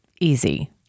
easy